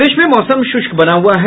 प्रदेश में मौसम शुष्क बना हुआ है